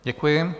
Děkuji.